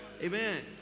amen